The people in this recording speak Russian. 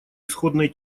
исходной